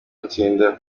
gutsindira